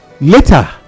Later